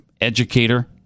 educator